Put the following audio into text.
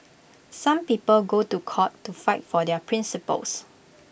some people go to court to fight for their principles